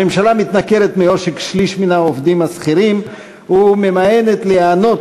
הממשלה מתנכרת לעושק שליש מן העובדים השכירים וממאנת להיענות